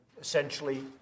essentially